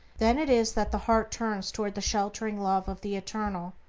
then it is that the heart turns toward the sheltering love of the eternal,